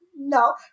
No